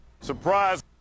Surprise